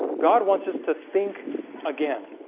god wants us to think again